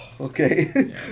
Okay